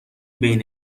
بین